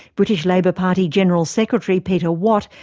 british labour party general secretary, peter watt,